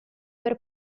per